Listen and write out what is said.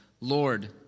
Lord